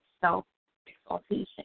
self-exaltation